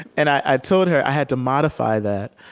and i told her i had to modify that,